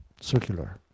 circular